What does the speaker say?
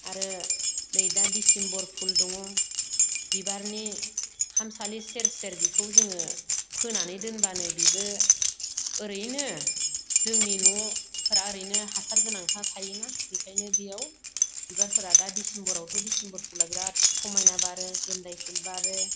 आरो नै दा डिसेम्बर फुल दं बिबारनि खामसालि सेर सेर बिखौ जोङो फोनानै दोनब्लानो बिबो ओरैनो जोंनि न' फोरा ओरैनो हासार गोनांखा थायो बेखायनो बेयाव बिबारफोरा दा डिसेम्बरावथ' डिसेम्बर फुला बिराद समायना बारो गेन्दाय फुल बारो